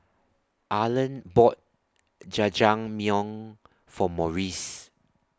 Arland bought Jajangmyeon For Maurice